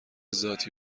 ذاتی